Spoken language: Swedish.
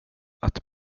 att